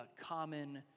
common